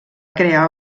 crear